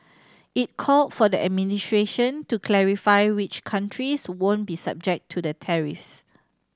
it called for the administration to clarify which countries won't be subject to the tariffs